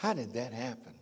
how did that happen